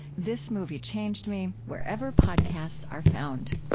this movie changed me wherever podcasts are found